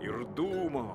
ir dūmo